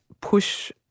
push